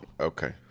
Okay